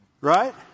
right